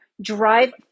drive